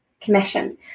commission